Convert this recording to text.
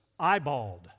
eyeballed